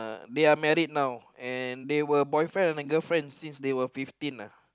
they are married now and they were boyfriend and a girlfriend since they were fifteen uh